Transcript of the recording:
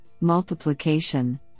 multiplication